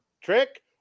trick